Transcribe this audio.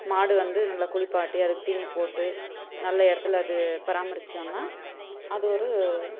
மாடு வந்து நல்லா குளிப்பாட்டி அதுக்கு தீனி போட்டு நல்ல இடத்துல அது பராமரித்தோன்னா அது ஒரு